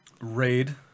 Raid